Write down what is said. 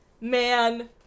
Man-